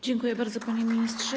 Dziękuję bardzo, panie ministrze.